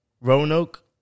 Roanoke